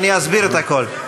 אני אסביר את הכול,